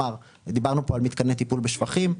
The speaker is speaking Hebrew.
דיברנו פה על מתקני טיפול בשפכים.